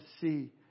see